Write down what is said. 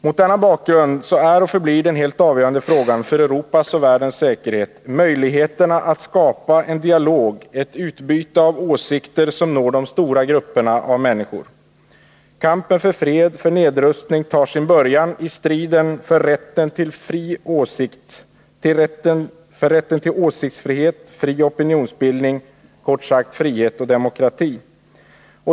Mot denna bakgrund är och förblir det helt avgörande för Europas och världens säkerhet frågan om möjligheterna att skapa en dialog, ett utbyte av åsikter som når de stora grupperna av människor. Kampen för fred, för nedrustning, tar sin början i striden för rätten till åsiktsfrihet och fri opinionsbildning, kort sagt frihet och demokrati.